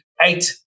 eight